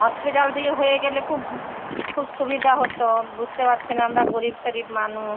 hospital থেকে হয়ে গেলে খুব খুব সুবিধা হতো বুঝতে পারছেন আমরা গরীব সরিব মানুষ